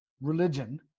religion